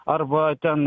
arba ten